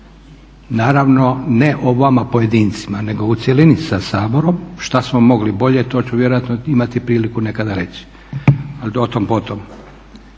naravno ne o vama pojedincima nego u cjelini sa Saborom šta smo mogli bolje. To ću vjerojatno imati priliku nekada reći, ali o tom potom.